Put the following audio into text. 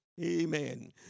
Amen